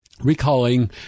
recalling